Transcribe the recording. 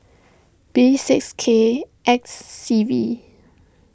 B six K X C V